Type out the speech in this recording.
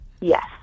Yes